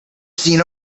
seen